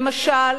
למשל,